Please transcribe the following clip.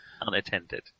Unattended